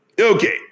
Okay